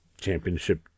Championship